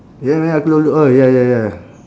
ya man aglio olio oh ya ya ya